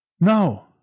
No